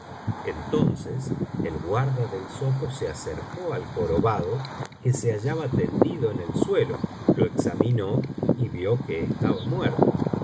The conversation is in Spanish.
entonces el guarda del zoco se acercó al jorobado que se hallaba tendido en el suelo lo examinó y vio que estaba muerto